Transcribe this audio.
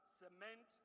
cement